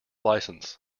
license